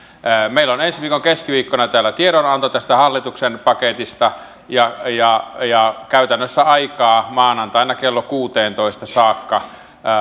meillä on ensi viikon keskiviikkona täällä tiedonanto tästä hallituksen paketista ja ja käytännössä aikaa maanantaina kello kuuteentoista saakka